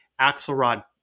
axelrod